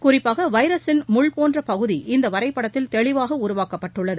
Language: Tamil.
குறிப்பாக வைரஸின் முள்போன்ற பகுதி இந்த வரைபடத்தில் தெளிவாக உருவாக்கப்பட்டுள்ளது